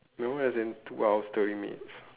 no as in two hours thirty minutes